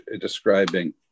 describing